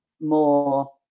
more